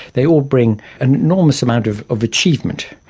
they all bring an enormous amount of of achievement.